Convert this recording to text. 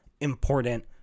important